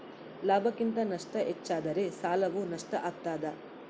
ಲಾಭಕ್ಕಿಂತ ನಷ್ಟ ಹೆಚ್ಚಾದರೆ ಸಾಲವು ನಷ್ಟ ಆಗ್ತಾದ